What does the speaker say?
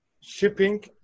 shipping